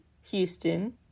Houston